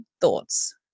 thoughts